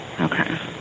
okay